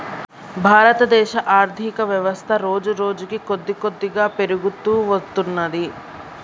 భారతదేశ ఆర్ధికవ్యవస్థ రోజురోజుకీ కొద్దికొద్దిగా పెరుగుతూ వత్తున్నది